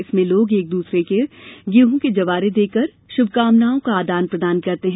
इसमें लोग एक दूसरे को गेहूं के जवारे देकर श्भकामनाओं का आदान प्रदान करते हैं